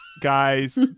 guys